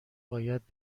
باید